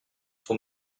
son